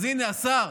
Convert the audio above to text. אז הינה, השר,